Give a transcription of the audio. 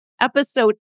episode